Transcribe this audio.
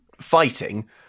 fighting